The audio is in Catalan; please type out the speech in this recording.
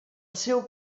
seu